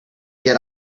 get